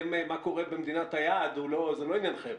מה קורה במדינת היעד זה לא עניינכם.